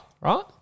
right